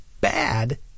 bad